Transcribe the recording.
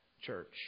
church